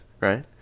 right